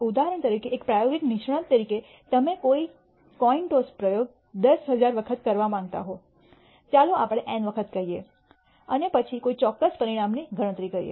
ઉદાહરણ તરીકે એક પ્રાયોગિક નિષ્ણાત તરીકે તમે કોઈન ટોસ પ્રયોગ 10000 વખત કરવા માંગતા હો ચાલો આપણે N વખત કહીએ અને પછી કોઈ ચોક્કસ પરિણામની ગણતરી કરીએ